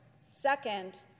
second